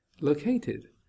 located